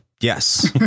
yes